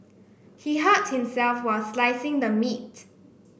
he hurt himself while slicing the meat